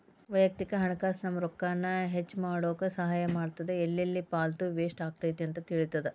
ವಯಕ್ತಿಕ ಹಣಕಾಸ್ ನಮ್ಮ ರೊಕ್ಕಾನ ಹೆಚ್ಮಾಡ್ಕೊನಕ ಸಹಾಯ ಮಾಡ್ತದ ಎಲ್ಲೆಲ್ಲಿ ಪಾಲ್ತು ವೇಸ್ಟ್ ಆಗತೈತಿ ಅಂತ ತಿಳಿತದ